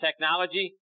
technology